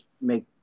make